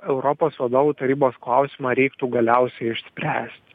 europos vadovų tarybos klausimą reiktų galiausiai išspręsti